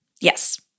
Yes